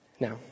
Now